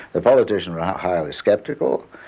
the politicians were highly sceptical.